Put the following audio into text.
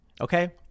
okay